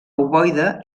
ovoide